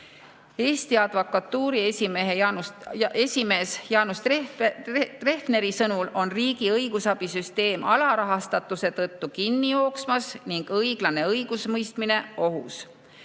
Eesti Advokatuuri esimehe Jaanus Tehveri sõnul on riigi õigusabi süsteem alarahastatuse tõttu kinni jooksmas ning õiglane õigusemõistmine ohus.